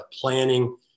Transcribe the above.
planning